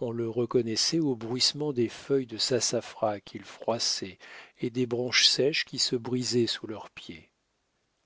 on le reconnaissait au bruissement des feuilles de sassafras qu'ils froissaient et des branches sèches qui se brisaient sous leurs pieds